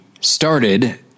started